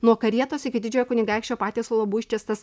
nuo karietos iki didžiojo kunigaikščio patiesalo buvo ištiestas